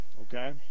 okay